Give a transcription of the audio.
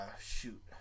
shoot